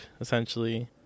essentially